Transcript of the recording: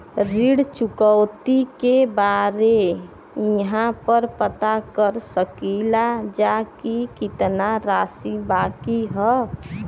ऋण चुकौती के बारे इहाँ पर पता कर सकीला जा कि कितना राशि बाकी हैं?